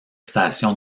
stations